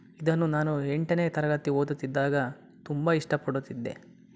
ಇದನ್ನು ನಾನು ಎಂಟನೇ ತರಗತಿ ಓದುತ್ತಿದ್ದಾಗ ತುಂಬ ಇಷ್ಟಪಡುತ್ತಿದ್ದೆ